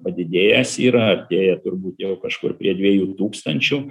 padidėjęs yra artėja turbūt jau kažkur prie dviejų tūkstančių